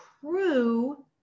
true